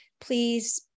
please